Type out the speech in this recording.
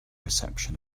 reception